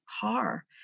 car